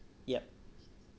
yup